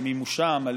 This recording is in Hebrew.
למימושה המלא: